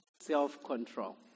self-control